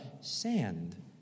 sand